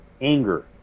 anger